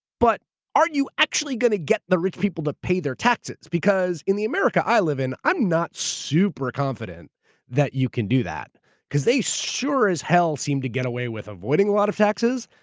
but aren't you actually going to get the rich people to pay their taxes? because in the america i live in i'm not super confident that you can do that because they sure as hell seem to get away with avoiding a lot of taxes,